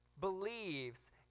believes